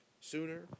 sooner